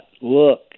look